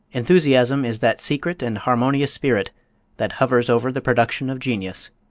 enthusiasm is that secret and harmonious spirit that hovers over the production of genius.